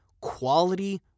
quality